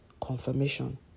confirmation